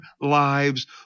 lives